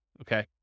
okay